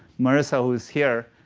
melissa, who is here,